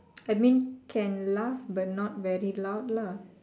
I mean can laugh but not very loud lah